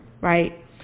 right